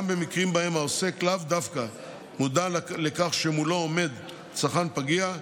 במקרים שבהם העוסק לאו דווקא מודע לכך שמולו עומד צרכן פגיע,